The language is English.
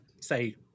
say